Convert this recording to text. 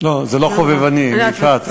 זה לא חובבני, יפעת.